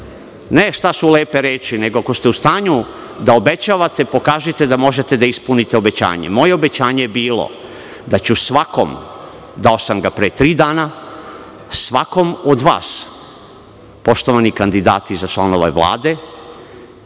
ne šta su lepe reči, nego ako ste u stanju da obećavate, pokažite da možete da ispunite obećanje. Moje obećanje je bilo da ću svakom, dao sam ga pre tri dana, svakom od vas, poštovani kandidati za članove Vlade,